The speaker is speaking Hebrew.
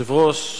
היושב-ראש,